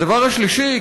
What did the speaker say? הדבר השלישי,